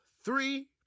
three